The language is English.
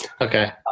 Okay